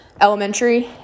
elementary